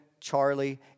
Charlie